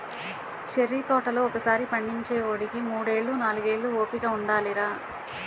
cherry తోటలు ఒకసారి పండించేవోడికి మూడేళ్ళు, నాలుగేళ్ళు ఓపిక ఉండాలిరా